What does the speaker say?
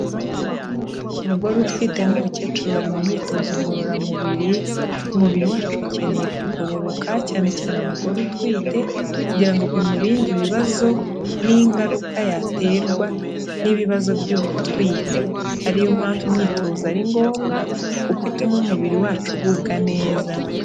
Umugore utwite n'umukecuru bari mu myitozo ngororamubiri, umubiri wacu ukeneye kugororoka cyane cyane umugore utwite, kugira ngo bimurinde ibibazo n'ingaruka yaterwa n'ibibazo byo gutwita, ariyo mpamvu imyitozo ari ngombwa kuko ituma umubiri wacu ugubwa neza.